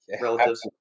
relatives